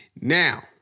Now